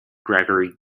gregory